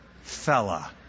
fella